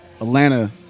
Atlanta